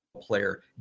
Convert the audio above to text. player